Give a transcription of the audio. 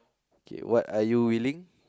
okay what are you willing